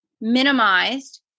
minimized